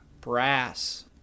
Brass